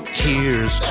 tears